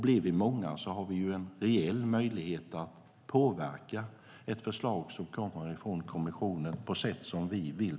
Blir vi många har vi en reell möjlighet att påverka förslaget från kommissionen på det sätt vi vill.